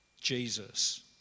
Jesus